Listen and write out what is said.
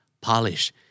Polish